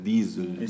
Diesel